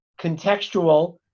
contextual